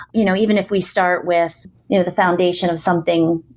you know even if we start with you know the foundation of something,